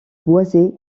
boisés